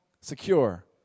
secure